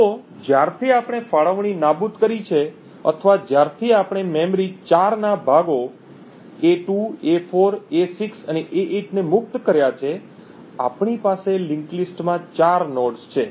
તો જ્યારથી આપણે ફાળવણી નાબૂદ કરી છે અથવા જ્યારથી આપણે મેમરી 4 ના ભાગો a2 a4 a6 અને a8 ને મુક્ત કર્યા છે આપણી પાસે લિંક્ડ લિસ્ટ માં ચાર નોડ્સ છે